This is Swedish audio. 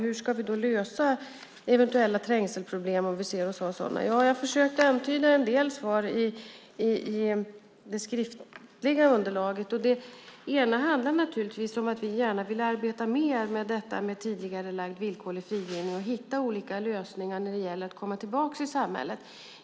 Hur ska vi lösa eventuella trängselproblem om vi ser sådana? Jag försökte antyda en del svar i det skriftliga underlaget. Det ena handlar om att vi gärna vill arbeta mer med tidigarelagd villkorlig frigivning och hitta olika lösningar när det gäller att komma tillbaka till samhället.